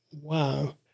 wow